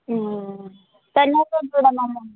తొందరగా చూడమనండి